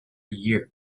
year